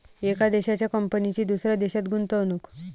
एका देशाच्या कंपनीची दुसऱ्या देशात गुंतवणूक